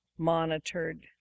monitored